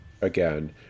again